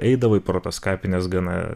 eidavai pro tas kapines gana